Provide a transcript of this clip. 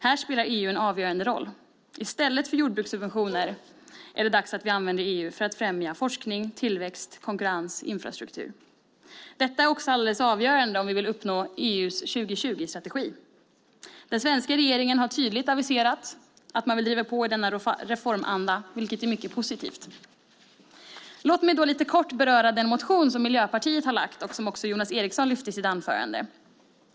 Här spelar EU en avgörande roll. I stället för jordbrukssubventioner är det dags att vi använder EU för att främja forskning, tillväxt, konkurrens och infrastruktur. Detta är också alldeles avgörande om vi vill uppnå EU:s 2020-strategi. Den svenska regeringen har tydligt aviserat att man vill driva på i denna reformanda, vilket är mycket positivt. Låt mig lite kort beröra den motion som Miljöpartiet har lagt fram och som också Jonas Eriksson lyfte fram i sitt anförande.